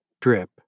drip